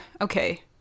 okay